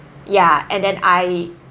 ya and then I